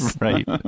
Right